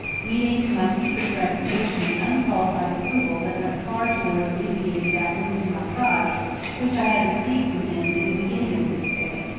meeting to my secret gratification an unqualified approval that went far towards alleviating that wound to my pride which i had received from him in the beginning of this affair.